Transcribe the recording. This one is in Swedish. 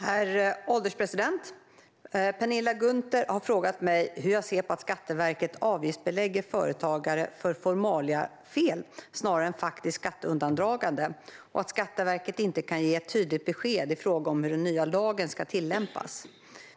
Herr ålderspresident! Penilla Gunther har frågat mig hur jag ser på att Skatteverket avgiftsbelägger företagare för formaliafel snarare än faktiskt skatteundandragande och att Skatteverket inte kan ge ett tydligt besked i frågan hur den nya lagen ska tillämpas.